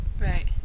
Right